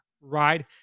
right